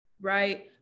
right